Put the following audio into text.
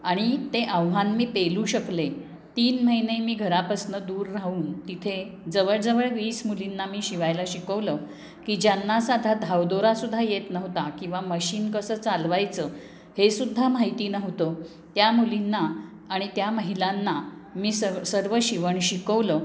आणि ते आव्हान मी पेलू शकले तीन महिने मी घरापासनं दूर राहून तिथे जवळजवळ वीस मुलींना मी शिवायला शिकवलं की ज्यांना साधा धावदोरासुद्धा येत नव्हता किंवा मशीन कसं चालवायचं हेसुद्धा माहिती नव्हतं त्या मुलींना आणि त्या महिलांना मी स सर्व शिवण शिकवलं